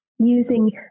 using